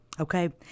Okay